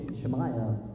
Shemaiah